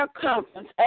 Conference